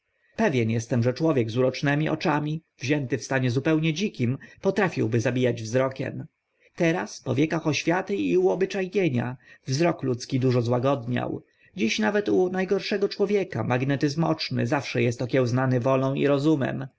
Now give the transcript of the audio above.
pewien estem że człowiek z urocznymi oczami wzięty w stanie zupełnie dzikim potrafiłby zabijać wzrokiem teraz po wiekach oświaty i uobycza enia wzrok ludzki dużo złagodniał dziś nawet u na gorszego człowieka magnetyzm oczny zawsze est okiełznany wolą i rozumem